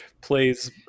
plays